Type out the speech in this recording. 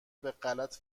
بهغلط